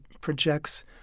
projects